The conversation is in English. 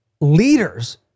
leaders